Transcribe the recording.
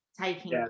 taking